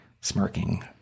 smirking